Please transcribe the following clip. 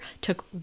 took